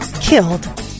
killed